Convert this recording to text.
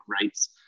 rights